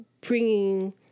bringing